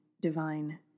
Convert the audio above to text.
divine